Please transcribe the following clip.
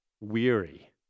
weary